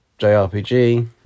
JRPG